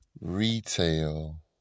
retail